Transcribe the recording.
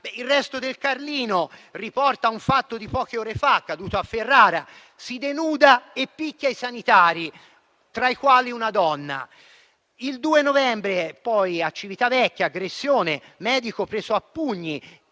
"Il Resto del Carlino" riporta un fatto di poche ore fa, accaduto a Ferrara: si denuda e picchia i sanitari, tra i quali una donna. Il 2 novembre a Civitavecchia un medico è stato preso a pugni